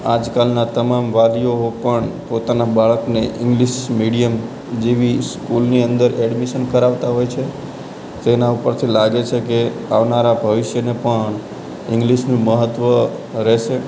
આજકાલના તમામ વાલીઓ પણ પોતાનાં બાળકને ઇંગ્લિશ મીડિયમ જેવી સ્કૂલની અંદર એડમિશન કરાવતા હોય છે તેના ઉપરથી લાગે છે કે આવનારા ભવિષ્યને પણ ઇંગ્લિશનું મહત્ત્વ રહેશે